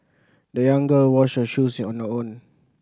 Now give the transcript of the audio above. the young girl washed her shoes on her own